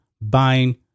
buying